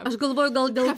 aš galvoju gal dėl